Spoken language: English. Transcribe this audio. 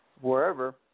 wherever